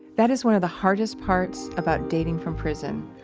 that is one of the hardest parts about dating from prison.